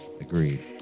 Agreed